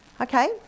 Okay